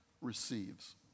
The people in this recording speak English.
receives